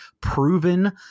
proven